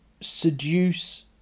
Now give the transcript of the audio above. seduce